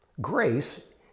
Grace